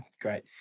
Great